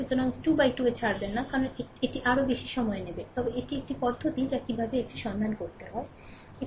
সুতরাং 2 তে 2 এ ছাড়বেন না কারণ এটি আরও বেশি সময় নেবে তবে এটি একটি পদ্ধতি যা কীভাবে এটি সন্ধান করতে হয়